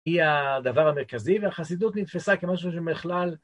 ‫היא הדבר המרכזי, והחסידות נתפסה ‫כמשהו שמכלל...